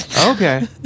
okay